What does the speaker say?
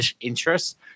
interest